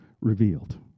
revealed